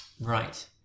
Right